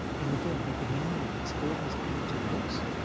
and again, he could memorize all his accounting books,